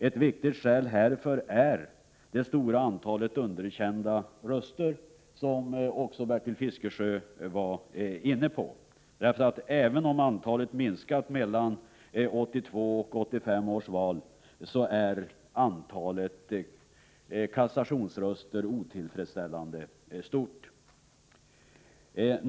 Ett viktigt skäl härför är det stora antalet underkända röster, vilket också Bertil Fiskesjö var inne på. Även om antalet minskat mellan 1982 och 1985 års val så är antalet kassationsröster otillfredsställande stort.